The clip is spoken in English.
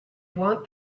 want